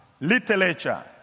literature